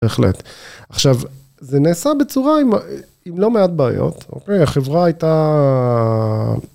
בהחלט. עכשיו, זה נעשה בצורה עם לא מעט בעיות, אוקיי? החברה הייתה...